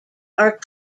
are